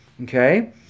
okay